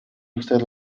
usted